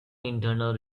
internal